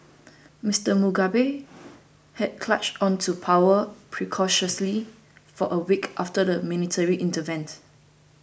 Mister Mugabe had clashed on to power precariously for a week after the military intervened